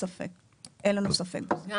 אין לנו ספק בזה.